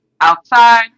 outside